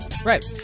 Right